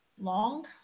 long